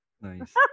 Nice